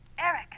Eric